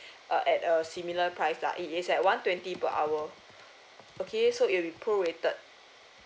uh at a similar price lah it is at one twenty per hour okay so it will be pro rated